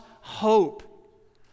hope